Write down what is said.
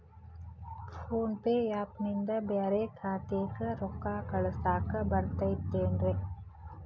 Phone pay app ನಿಂದ ಬ್ಯಾರೆ ಖಾತೆಕ್ ರೊಕ್ಕಾ ಕಳಸಾಕ್ ಬರತೈತೇನ್ರೇ?